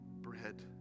bread